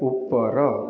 ଉପର